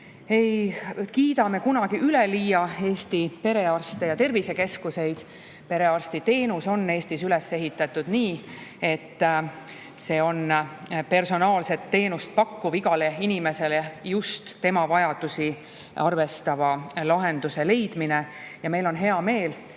ei kiida me Eesti perearste ja tervisekeskuseid kunagi üleliia. Perearstiteenus on Eestis üles ehitatud nii, et see on personaalset teenust pakkuv igale inimesele, just tema vajadusi arvestava lahenduse leidmine. Meil on hea meel,